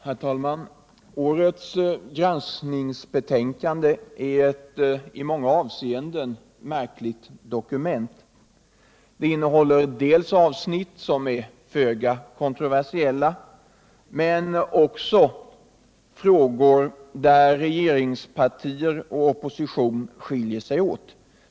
Herr talman! Årets granskningsbetänkande är ett i många avseenden märkligt dokument. Det innehåller dels avsnitt som är föga kontroversiella, dels frågor där regeringspartier och opposition skiljer sig åt.